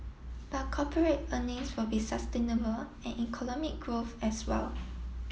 but corporate earnings will be sustainable and economic growth as well